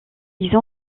ils